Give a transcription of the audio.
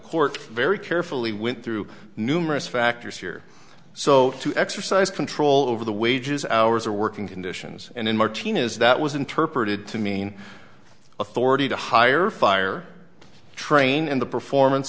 court very carefully went through numerous factors here so to exercise control over the wages hours or working conditions and in martina's that was interpreted to mean authority to hire fire train in the performance